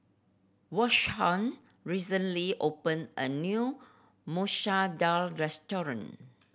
Vashon recently opened a new Masoor Dal restaurant